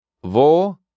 wo